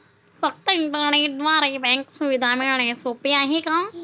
फक्त इंटरनेटद्वारे बँक सुविधा मिळणे सोपे आहे का?